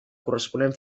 corresponent